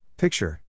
Picture